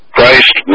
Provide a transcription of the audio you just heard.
Christ